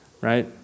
right